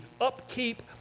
upkeep